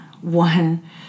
one